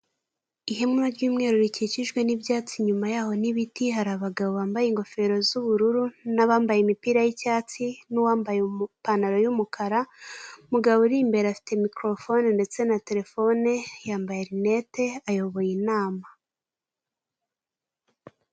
Ihema ry'umweru rikikijwe n'ibyatsi inyuma yaho n'ibiti; hari abagabo bambaye ingofero z'ubururu n'abambaye imipira y'icyatsi n'uwambaye ipantaro y'umukara; umugabo uri imbere afite mikorofone ndetse na terefone yambaye rinete ayoboye inama.